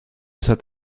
soit